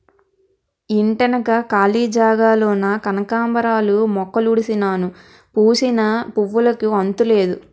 ఇంటెనక కాళీ జాగాలోన కనకాంబరాలు మొక్కలుడిసినాను పూసిన పువ్వులుకి అంతులేదు